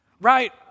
Right